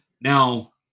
now